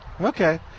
Okay